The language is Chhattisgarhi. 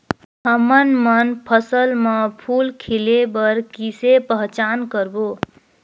हमन मन फसल म फूल खिले बर किसे पहचान करबो?